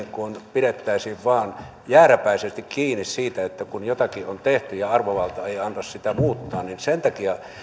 pidettäisiin vain jääräpäisesti kiinni siitä kun jotakin on tehty ja arvovalta ei anna sitä muuttaa sen takia